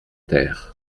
terre